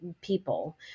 people